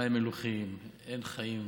מים מלוחים, אין חיים.